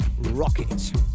rocket